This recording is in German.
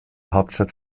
hauptstadt